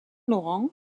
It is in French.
laurent